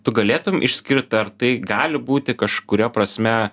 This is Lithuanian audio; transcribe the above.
tu galėtum išskirt ar tai gali būti kažkuria prasme